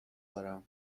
دارم